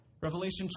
Revelation